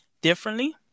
differently